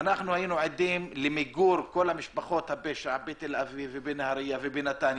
היינו עדים למיגור משפחות הפשע בתל אביב ובנהריה ובנתניה.